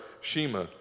Shema